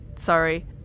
sorry